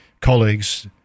colleagues